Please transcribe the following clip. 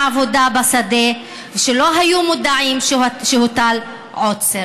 מעבודה בשדה ולא היו מודעים שהוטל עוצר.